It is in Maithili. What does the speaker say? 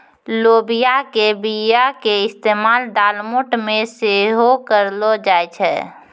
लोबिया के बीया के इस्तेमाल दालमोट मे सेहो करलो जाय छै